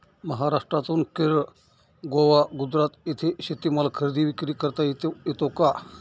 महाराष्ट्रातून केरळ, गोवा, गुजरात येथे शेतीमाल खरेदी विक्री करता येतो का?